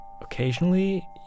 occasionally